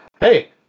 Hey